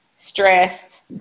stress